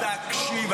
תקשיב,